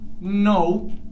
no